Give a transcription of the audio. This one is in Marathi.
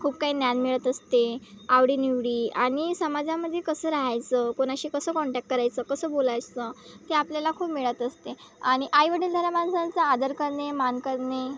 खूप काही ज्ञान मिळत असते आवडीनिवडी आणि समाजामध्ये कसं राहायचं कोणाशी कसं कॉन्टॅक्ट करायचं कसं बोलायचं ते आपल्याला खूप मिळत असते आणि आई वडील झाल्या माणसांचं आदर करणे मान करणे